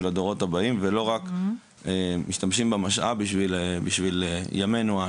הדורות הבאים ולא רק משתמשים במשאב בשביל ימינו אנו.